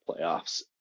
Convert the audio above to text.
playoffs